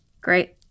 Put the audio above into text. Great